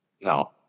No